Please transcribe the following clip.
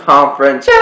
Conference